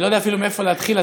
אני לא יודע אפילו מאיפה להתחיל.